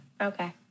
Okay